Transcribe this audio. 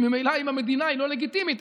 וממילא אם המדינה היא לא לגיטימית,